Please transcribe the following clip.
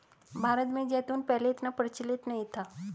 भारत में जैतून पहले इतना प्रचलित नहीं था